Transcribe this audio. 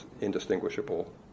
indistinguishable